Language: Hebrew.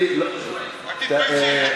תתביישי.